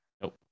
Nope